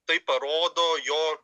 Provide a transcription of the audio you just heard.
tai parodo jo